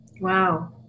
Wow